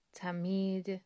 Tamid